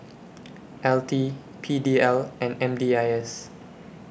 L T P D L and M D I S